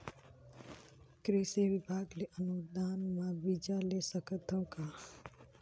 कृषि विभाग ले अनुदान म बीजा ले सकथव का?